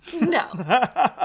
no